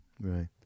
Right